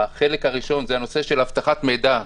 החלק הראשון זה הנושא של אבטחת מידע,